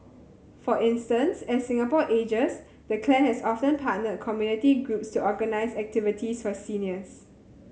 for instance as Singapore ages the clan has often partnered community groups to organise activities for seniors